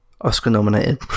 Oscar-nominated